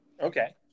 Okay